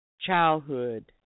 childhood